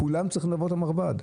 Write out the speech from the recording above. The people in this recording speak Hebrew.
כולם צריכים לעבור את המרב"ד.